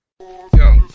Yo